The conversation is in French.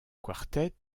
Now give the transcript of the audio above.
quartet